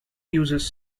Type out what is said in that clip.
uses